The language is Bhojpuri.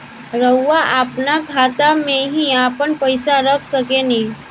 रउआ आपना खाता में ही आपन पईसा रख सकेनी